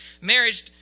marriage